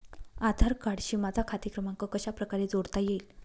आधार कार्डशी माझा खाते क्रमांक कशाप्रकारे जोडता येईल?